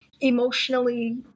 emotionally